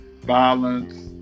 violence